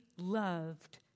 loved